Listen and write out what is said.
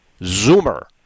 Zoomer